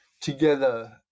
together